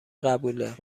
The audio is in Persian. قبوله